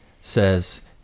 says